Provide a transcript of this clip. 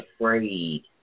afraid